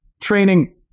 training